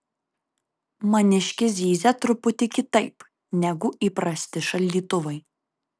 maniškis zyzia truputį kitaip negu įprasti šaldytuvai